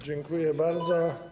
Dziękuję bardzo.